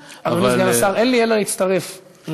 אבל, אדוני סגן השר, אין לי אלא להצטרף להערתך.